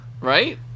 Right